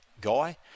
guy